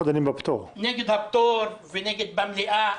נגד הפטור ונגד במליאה.